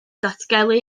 datgelu